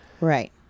Right